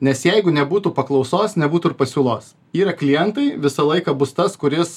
nes jeigu nebūtų paklausos nebūtų ir pasiūlos yra klientai visą laiką bus tas kuris